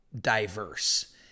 diverse